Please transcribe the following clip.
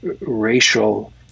racial